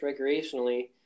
recreationally